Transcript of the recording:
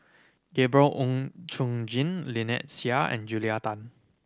Gabriel Oon Chong Jin Lynnette Seah and Julia Tan